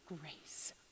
grace